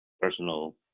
personal